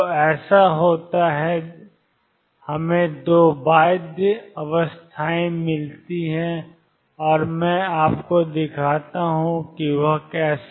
तो ऐसा होता है कि हमें दो बाध्य अवस्थाएँ मिलती हैं और मैं आपको दिखाता हूँ कि कैसे